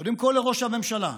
קודם כול לראש הממשלה,